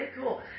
cool